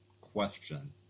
question